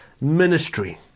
ministry